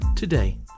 Today